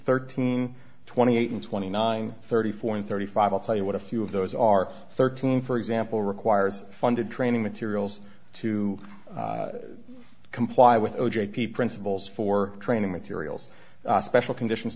thirteen twenty eight and twenty nine thirty four and thirty five all tell you what a few of those are thirteen for example requires funded training materials to comply with o j p principles for training materials special conditions